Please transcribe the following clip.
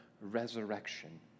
resurrection